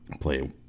play